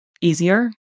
easier